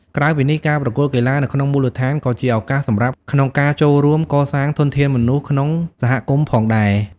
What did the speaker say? ក្រៅពីនេះ ការប្រកួតកីឡានៅក្នុងមូលដ្ឋានក៏ជាឱកាសសម្រាប់ក្នុងការចូលរួមកសាងធនធានមនុស្សក្នុងសហគមន៍ផងដែរ។